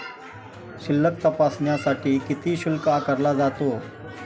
शिल्लक तपासण्यासाठी किती शुल्क आकारला जातो?